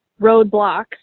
roadblocks